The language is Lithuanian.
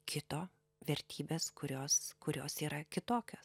kito vertybes kurios kurios yra kitokios